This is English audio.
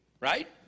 right